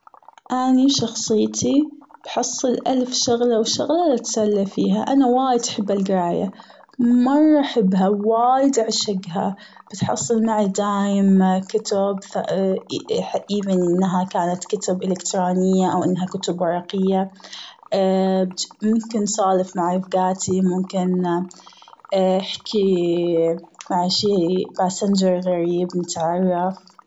إني شخصيتي بحصل ألف شغلة وشغلة لأتسلى فيها، أنا وايد أحب القراية مرة أحبها وايد أعشقها بتحصل معي دائم كتب even إنها كانت كتب إلكترونية أو إنها كتب ورقية، ممكن أسولف مع رفقاتي ممكن احكي مع شي passenger غريب نتعرف.